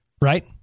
right